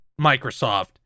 Microsoft